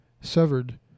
severed